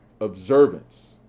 observance